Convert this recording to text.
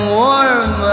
warm